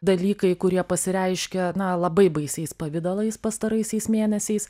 dalykai kurie pasireiškia na labai baisiais pavidalais pastaraisiais mėnesiais